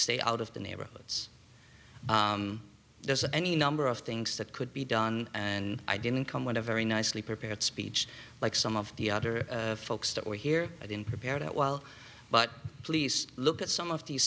stay out of the neighborhoods there's any number of things that could be done and i didn't come with a very nicely prepared speech like some of the other folks that were here in prepared it well but please look at some of these